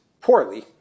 poorly